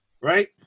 Right